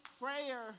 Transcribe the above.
prayer